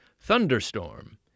thunderstorm